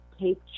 take